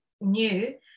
new